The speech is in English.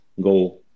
go